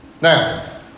Now